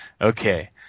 okay